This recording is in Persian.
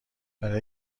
برا